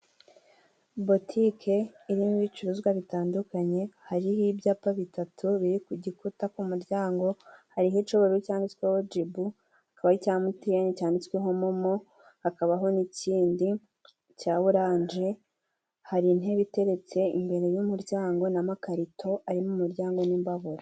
Botike irimo ibicuruzwa bitandukanye, hariho ibyapa bitatu biri ku gikuta ku muryango, hariho icyubururu cyanditsweho jibu, hakaba icya emutiyene cyanditsweho momo, hakabaho n'ikindi cya orange, hari intebe iteretse imbere y'umuryango, n'amakarito ari mumuryango n'imbabura.